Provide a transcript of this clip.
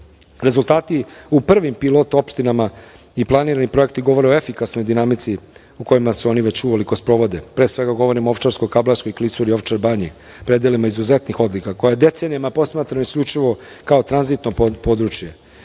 ekonomije. Rezultati u prvim pilot opštinama i planirani projekti govore o efikasnoj dinamici u kojima se oni već uveliko sprovode. Pre svega govorim o Ovčarskoj-kablarskoj klisuri, Ovčar Banji predelima izuzetnih odlika koja decenijama posmatrani isključivo kao tranzitno područje.